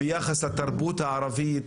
ביחס לתרבות הערבית,